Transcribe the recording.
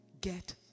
get